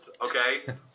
okay